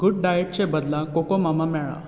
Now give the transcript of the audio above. good डायटचें बदला कोकोमामा मेळ्ळां